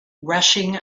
rushing